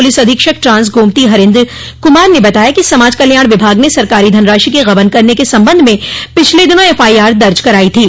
प्रलिस अधीक्षक ट्रांस गोमती हरेन्द्र कुमार ने बताया कि समाज कल्याण विभाग ने सरकारी धनराशि के ग़बन करने के संबंध में पिछले दिनों एफआईआर दर्ज करायी थी